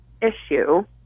issue